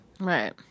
Right